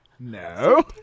No